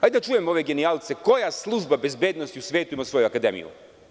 Hajde da čujemo ove genijalce koja služba bezbednosti u svetu ima svoju akademiju?